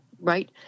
right